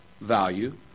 value